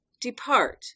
depart